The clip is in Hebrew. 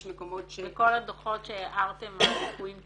יש מקומות ש- - בכל הדוחות שהערתם הליקויים תוקנו?